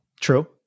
True